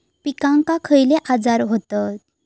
पिकांक खयले आजार व्हतत?